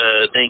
Thank